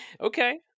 Okay